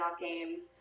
games